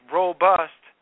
robust